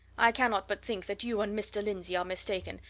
i cannot but think that you and mr. lindsey are mistaken,